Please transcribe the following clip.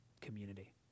community